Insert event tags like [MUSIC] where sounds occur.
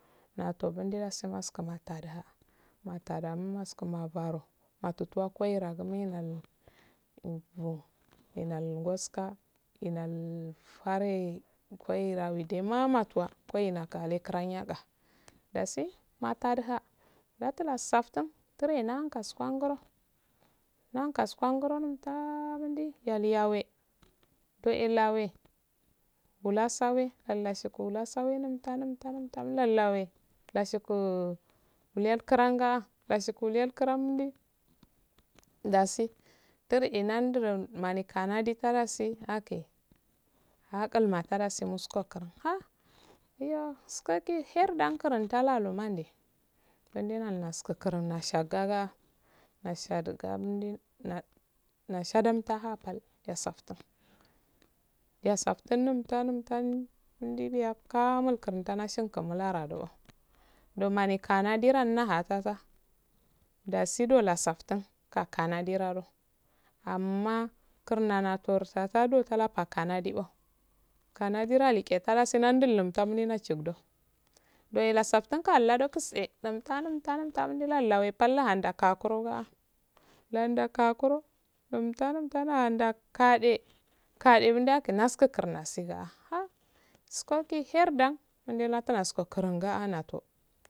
Nato gundeda sana askun ataha matada nunwa skun a baro atutuwal koira gu minal [UNINTELLIGIBLE] enal gaska enal parai kwana dasi muta diha nutu na saftin nahun kasuwan goro nahun kasuwan goro [UNINTELLIGIBLE] yali yawe toe lawe wula sawe halla shiku wula sawe numta numta lallawe kashiku wuliyal kuranga lashiku wuliya kuramdi kalai ake ahaqal ma tadasi musko kuran akke ahqal ma tadasi musko kuran ha iyo shoki. her dan kro talalu nanke donde nalnas kukurun nasagaga nashadi gamdi na nashadan taha pal nat sati yasaftin numta numta numta indi biya kamul kurunta nashim ku mularado don mani kanadiha nara taha dasi dola saftin qa kanadi raro amma kurnata sasado salasakanadi kanadi dalliqe tanasi nandi lanuta llina shinbdo doe nasaftin ani lado kise inmtu lumta lumta mundu ta lawe pal lahanda kakuro a landa kakuro lumta lumta lahanda kade kade minas kinaskinkurna siga a shoki her dan munde latunasko karunga a nato